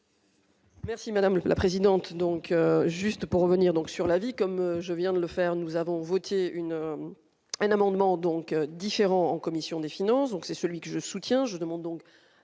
Merci madame la présidente, donc juste pour revenir donc sur la vie, comme je viens de le faire, nous avons voté une un amendement donc différent en commission des finances, donc c'est celui que je soutiens, je demande donc